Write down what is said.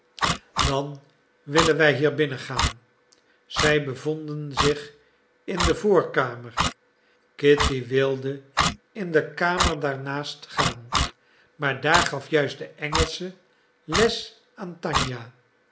dan willen wij hier binnengaan zij bevonden zich in de voorkamer kitty wilde in de kamer daar naast gaan maar daar gaf juist de engelsche les aan tanja